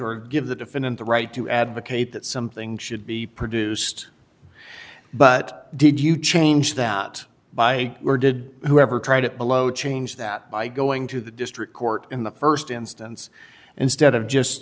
or give the defendant the right to advocate that something should be produced but did you change that by or did whoever tried it below change that by going to the district court in the first instance instead of just